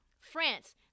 France